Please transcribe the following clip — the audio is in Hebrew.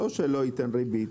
לא רק שלא ייתן ריבית.